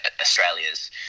Australia's